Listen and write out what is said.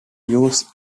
use